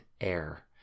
air